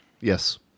Yes